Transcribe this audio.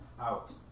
out